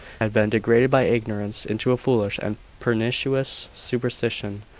had been degraded by ignorance into a foolish and pernicious superstition.